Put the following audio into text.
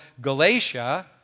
Galatia